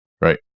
Right